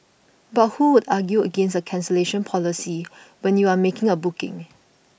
but who would argue against a cancellation policy when you are making a booking